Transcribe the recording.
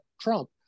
Trump